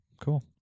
Cool